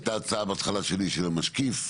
הייתה הצעה בהתחלה שלי של המשקיף,